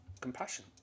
compassion